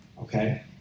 Okay